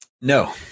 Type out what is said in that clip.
no